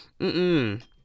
Mm-mm